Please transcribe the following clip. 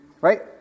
Right